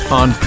on